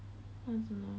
mm